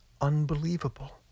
unbelievable